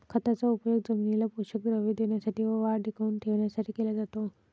खताचा उपयोग जमिनीला पोषक द्रव्ये देण्यासाठी व वाढ टिकवून ठेवण्यासाठी केला जातो